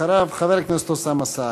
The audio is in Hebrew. אחריו, חבר הכנסת אוסאמה סעדי.